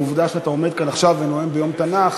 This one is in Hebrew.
העובדה שאתה עומד כאן עכשיו ונואם ביום התנ"ך